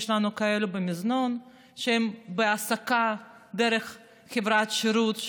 יש לנו במזנון כאלה שהם בהעסקה דרך חברת שירות,